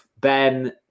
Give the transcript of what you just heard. Ben